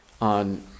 on